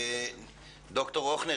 ד"ר הוכנר